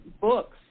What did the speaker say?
books